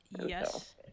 Yes